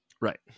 Right